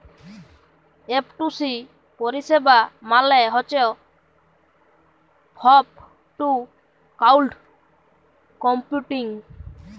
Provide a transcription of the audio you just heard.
F two C পরিষেবা মালে হছ ফগ টু ক্লাউড কম্পিউটিং